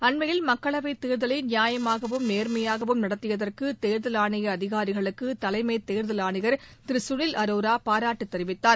அண்மையில் மக்களவைத் தேர்தலை நியாயமாகவும் நேர்மையாகவும் நடத்தியதற்கு தேர்தல் ஆணைய அதிகாரிகளுக்கு தலைமைத் தேர்தல் ஆணையர் திரு சுனில் அரோரா பாராட்டு தெரிவித்தார்